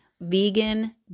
vegan